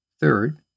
Third